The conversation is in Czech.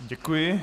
Děkuji.